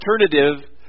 alternative